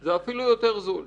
זה אפילו יותר זול.